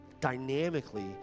dynamically